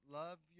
love